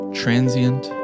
transient